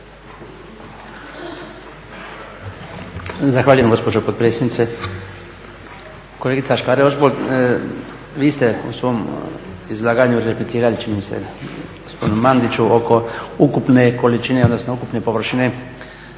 Zahvaljujem gospođo potpredsjednice. Kolegica Škare-Ožbolt, vi ste u svom izlaganju replicirali čini mi se gospodinu Mandiću oko ukupne količine odnosno ukupne površine